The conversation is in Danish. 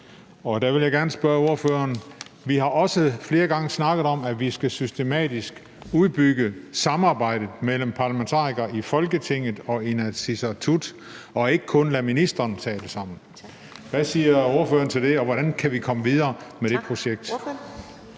Der vil jeg gerne spørge ordføreren om noget. Vi har også flere gange snakket om, at vi systematisk skal udbygge samarbejdet mellem parlamentarikere i Folketinget og Inatsisartut og ikke kun lade ministrene tale sammen. Hvad siger ordføreren til det, og hvordan kan vi komme videre med det projekt?